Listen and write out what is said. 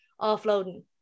offloading